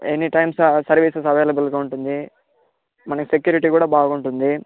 any time services అవైలబుల్గా ఉంటుంది మనకి సెక్యూరిటీ కూడా బాగుంటుంది